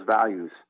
values